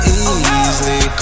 easily